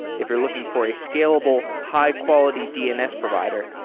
if you're looking for a scalable, high-quality dns provider,